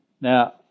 Now